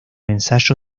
ensayo